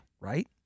Right